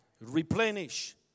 Replenish